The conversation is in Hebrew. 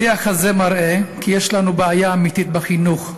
השיח הזה מראה כי יש לנו בעיה אמיתית בחינוך,